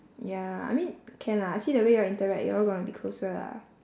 ya I mean can lah I see the way you all interact you all gonna be closer lah